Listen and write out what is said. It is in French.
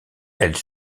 elle